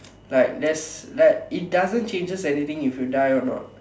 like there's like it doesn't changes anything if you die or not